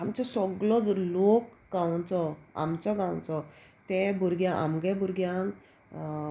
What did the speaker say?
आमचो सोगलो जर लोक गांवचो आमचो गांवचो ते भुरग्यां आमगे भुरग्यांक